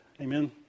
Amen